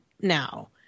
now